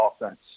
offense